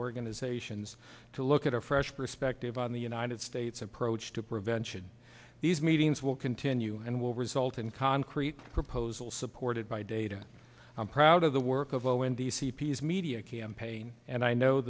organizations to look at a fresh perspective on the united states and roache to prevention these meetings will continue and will result in concrete proposals supported by data i'm proud of the work of zero in the c p s media campaign and i know